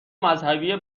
مذهبی